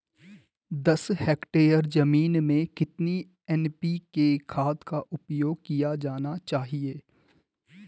दस हेक्टेयर जमीन में कितनी एन.पी.के खाद का उपयोग किया जाना चाहिए?